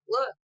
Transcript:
Look